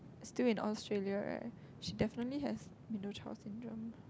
still in Australia right she definitely has middle child syndrome